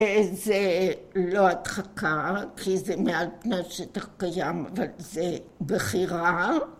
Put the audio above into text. זה לא הדחקה, כי זה מעל פני השטח קיים, אבל זה בחירה.